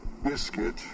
biscuit